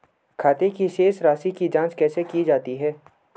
खाते की शेष राशी की जांच कैसे की जाती है?